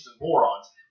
morons